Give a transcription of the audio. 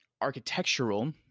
architectural